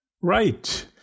Right